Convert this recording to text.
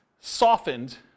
softened